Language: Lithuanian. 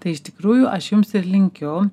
tai iš tikrųjų aš jums ir linkiu